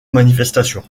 manifestations